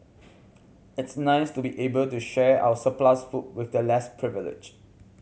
it's nice to be able to share our surplus food with the less privileged